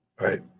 right